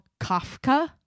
Kafka